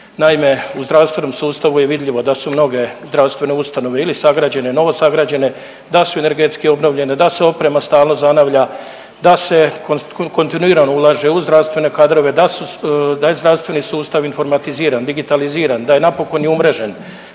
Naime, u zdravstvenom sustavu je vidljivo da su mnoge zdravstvene ustanove ili sagrađene ili novosagrađene, da su energetski obnovljene, da se oprema stalno zanavlja, da se kontinuirano ulaže u zdravstvene kadrove, da je zdravstveni sustav informatiziran, digitaliziran, da je napokon i umrežen,